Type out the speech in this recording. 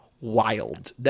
wild